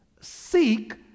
Seek